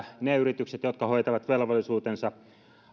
ne yritykset jotka hoitavat velvollisuutensa